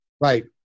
Right